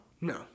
No